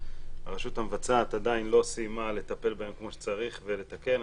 שהרשות המבצעת עדיין לא סיימה לטפל בהן כמו שצריך ולתקן,